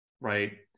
right